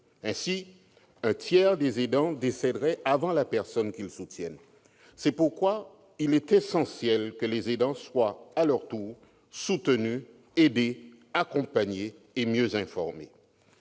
ainsi, un tiers des aidants décéderaient avant la personne qu'ils soutiennent. C'est pourquoi il est essentiel que les aidants soient à leur tour soutenus, aidés, accompagnés et mieux informés.